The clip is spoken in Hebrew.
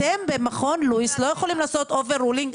אתם במכון לואיס לא יכולים לעשות overruling,